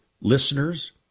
listeners